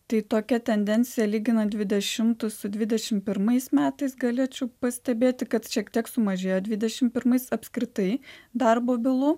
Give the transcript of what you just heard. tai tokia tendencija lyginant dvidešimtus su dvidešim pirmais metais galėčiau pastebėti kad šiek tiek sumažėjo dvidešim pirmais apskritai darbo bylų